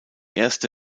erste